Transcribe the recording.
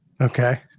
Okay